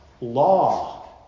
law